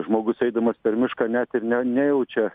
žmogus eidamas per mišką net ir ne nejaučia